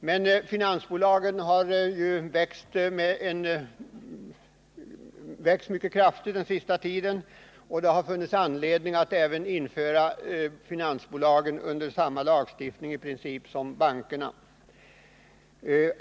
Men finansbolagen har ju växt mycket kraftigt under den senaste tiden, och det har funnits anledning att införa dessa bolag under i princip samma lagstiftning som bankerna.